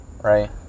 right